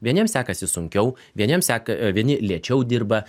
vieniems sekasi sunkiau vieniems seka vieni lėčiau dirba